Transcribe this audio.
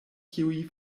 kiuj